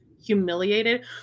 humiliated